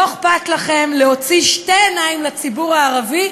לא אכפת לכם להוציא שתי עיניים לציבור הערבי,